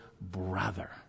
brother